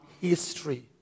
history